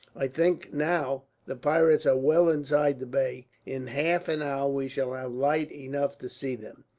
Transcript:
i think, now, the pirates are well inside the bay. in half an hour we shall have light enough to see them.